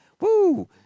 woo